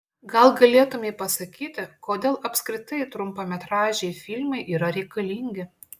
gal galėtumei pasakyti kodėl apskritai trumpametražiai filmai yra reikalingi